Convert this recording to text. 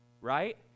right